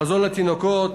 מזון לתינוקות,